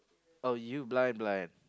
oh you blind blind